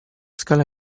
scala